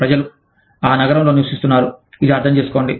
ప్రజలు ఆ నగరంలో నివసిస్తున్నారు ఇది అర్థం చేసుకోండి